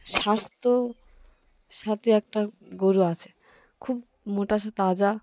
স্বাস্থ্য সাথে একটা গরু আছে খুব মোটা সে তাজা